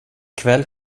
kväll